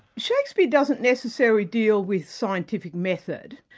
shakespeare doesn't necessarily deal with scientific method,